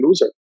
loser